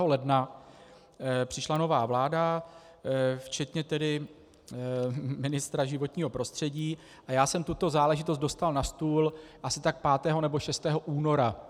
29. ledna přišla nová vláda včetně ministra životního prostředí a já jsem tuto záležitost dostal na stůl asi tak 5. nebo 6. února.